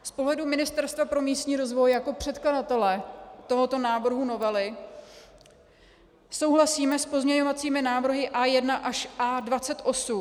Z pohledu ministerstva pro místní rozvoj jako předkladatele tohoto návrhu novely souhlasíme s pozměňovacími návrhy A1 až A28.